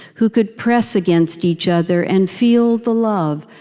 who could press against each other and feel the love,